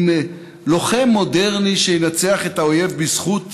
עם לוחם מודרני שינצח את האויב בזכות